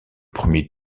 premier